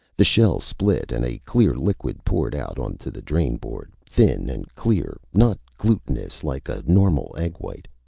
the shell split and a clear liquid poured out on to the drain board, thin and clear, not glutenous like a normal egg white.